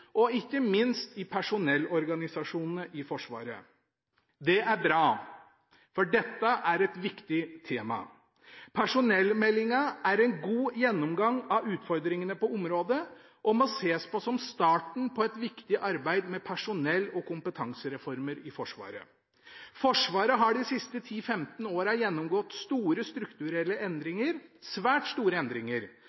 og ikke minst i personellorganisasjonene i Forsvaret. Det er bra, for dette er et viktig tema. Personellmeldingen er en god gjennomgang av utfordringene på området, og må ses på som starten på et viktig arbeid med personell- og kompetansereformer i Forsvaret. Forsvaret har de siste 10–15 årene gjennomgått store strukturelle